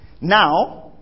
Now